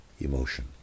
emotion